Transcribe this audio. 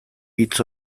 hitz